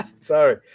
sorry